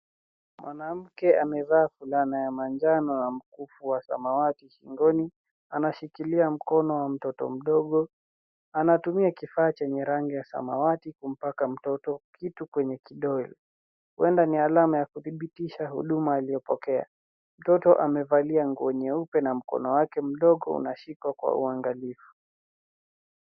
Mwanamke amevaa fulana ya manjano na mkufu wa samawati shingoni. Anashikilia mkono wa mtoto mdogo. Anatumia kifaa chenye rangi ya samawati kumpaka mtoto kitu kwenye kidole. Huenda ni alama ya kudhibitisha huduma aliyopokea. Mtoto amevalia nguo nyeupe na mkono wake mdogo unashikwa kwa uangalifu.